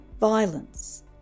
violence